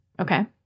Okay